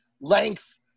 length